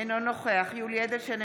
אינו נוכח יולי יואל אדלשטיין,